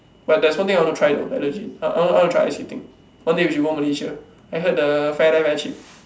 but there is one thing I wanna try though like legit I want to try ice skating one day we should go Malaysia I heard the fare there very cheap